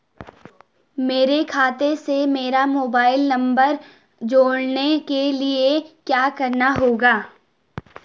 मेरे खाते से मेरा मोबाइल नम्बर जोड़ने के लिये क्या करना होगा?